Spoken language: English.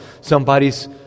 somebody's